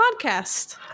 podcast